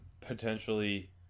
potentially